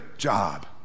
job